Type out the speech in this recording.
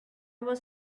was